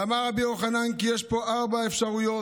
אמר רבי יוחנן כי יש פה ארבע אפשרויות,